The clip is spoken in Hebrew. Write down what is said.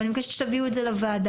ואני מבקשת שתביאו את זה לוועדה.